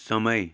समय